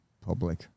public